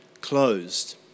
closed